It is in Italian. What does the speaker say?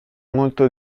molto